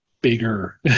bigger